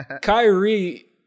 Kyrie